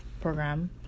program